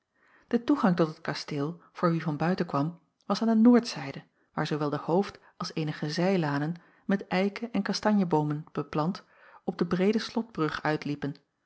de toegang tot het kasteel voor wie van buiten kwam was aan de noordzijde waar zoowel de hoofd als eenige zijlanen met eike en kastanjeboomen beplant op de breede slotbrug uitliepen